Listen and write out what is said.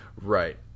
right